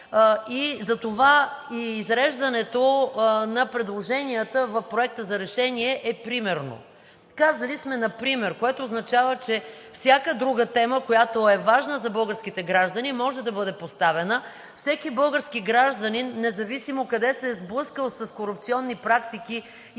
и затова и изреждането на предложенията в Проекта за решение е примерно. Казали сме „например“, което означава, че всяка друга тема, която е важна за българските граждани, може да бъде поставена. Всеки български гражданин, независимо къде се е сблъскал с корупционни практики